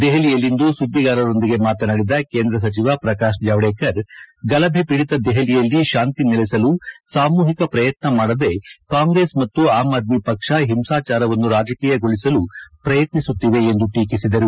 ದೆಹಲಿಯಲ್ಲಿಂದು ಸುದ್ದಿಗಾರರೊಂದಿಗೆ ಮಾತನಾಡಿದ ಕೇಂದ್ರ ಸಚಿವ ಪ್ರಕಾಶ್ ಜಾವ್ನೇಕರ್ ಗಲಭೆಒೀಡಿತ ದೆಹಲಿಯಲ್ಲಿ ಶಾಂತಿ ನೆಲೆಸಲು ಸಾಮೂಹಿಕ ಪ್ರಯತ್ನ ಮಾಡದೇ ಕಾಂಗ್ರೆಸ್ ಮತ್ತು ಆಮ್ ಆದ್ನಿ ಪಕ್ಷ ಹಿಂಸಾಚಾರವನ್ನು ರಾಜಕೀಯಗೊಳಿಸಲು ಪ್ರಯತ್ನಿಸುತ್ತಿವೆ ಎಂದು ಟೀಕಿಸಿದರು